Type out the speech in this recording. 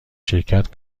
شرکت